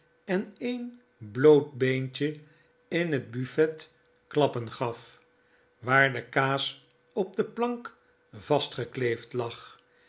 en een bloot beentje in het buffet klappen gaf waar de kaas op de plank vast gekleefd lag